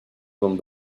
con